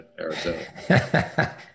Arizona